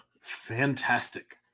fantastic